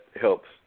helps